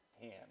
hand